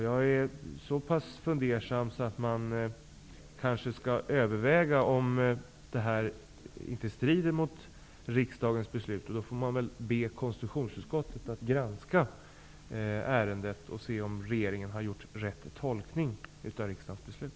Jag är så pass fundersam att jag anser att man kanske skall överväga om detta inte strider mot riksdagens beslut. Man får då be konstitutionsutskottet att granska ärendet för att se om regeringen har gjort rätt tolkning av riksdagens beslut.